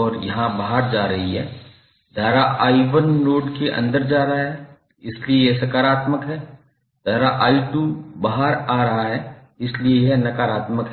और बाहर जा रही हैं धारा i1 नोड के अंदर जा रहा है इसलिए यह सकारात्मक है धारा i2 बाहर आ रहा है इसलिए यह नकारात्मक है